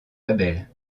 label